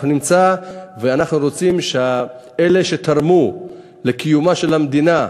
אנחנו רוצים שאלה שתרמו לקיומה של המדינה,